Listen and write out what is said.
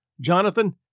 Jonathan